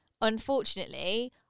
unfortunately